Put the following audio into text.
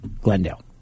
Glendale